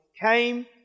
came